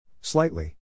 Slightly